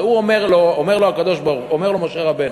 הרי אומר לו משה רבנו: